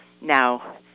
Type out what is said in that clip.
Now